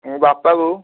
ମୋ ବାପାଙ୍କୁ